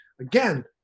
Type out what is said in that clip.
Again